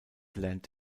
lernt